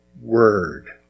word